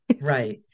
Right